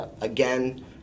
Again